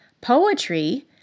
Poetry